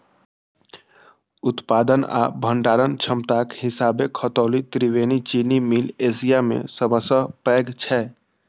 उत्पादन आ भंडारण क्षमताक हिसाबें खतौली त्रिवेणी चीनी मिल एशिया मे सबसं पैघ छै